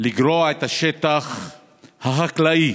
לגרוע את השטח החקלאי